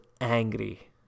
angry